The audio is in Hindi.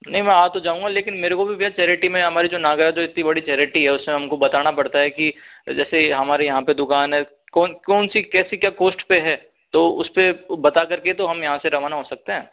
नहीं मैं आ तो जाऊँगा लेकिन मुझे भी भैया चैरिटी में हमारी जो नागरथ है जो इतनी बड़ी चैरिटी है उसमें हमको बताना पड़ता है कि जैसे हमारे यहाँ पर दुकान है कौन कौन सी कैसी क्या कॉस्ट पर है तो उस पर बता करके तो हम यहाँ से रवाना हो सकते हैं